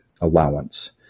allowance